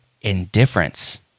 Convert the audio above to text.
indifference